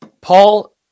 Paul